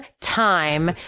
time